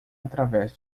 através